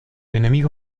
enemigo